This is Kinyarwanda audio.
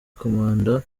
komanda